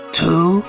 two